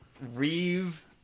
Reeve